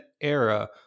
era